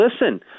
listen